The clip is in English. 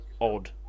odd